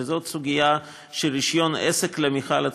וזאת סוגיה של רישיון עסק למכל עצמו,